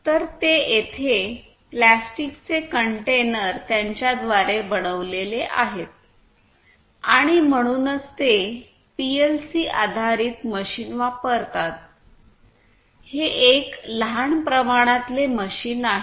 तर ते येथे प्लॅस्टिकचे कंटेनर त्यांच्याद्वारे बनविलेले आहेत आणि म्हणूनच ते पीएलसी आधारित मशीन वापरतात हे एक लहान प्रमाणातले मशीन आहे